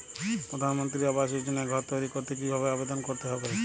প্রধানমন্ত্রী আবাস যোজনায় ঘর তৈরি করতে কিভাবে আবেদন করতে হবে?